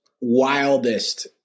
wildest